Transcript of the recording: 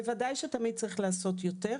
בוודאי שתמיד צריך לעשות יותר,